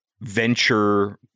venture